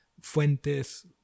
Fuentes